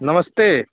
नमस्ते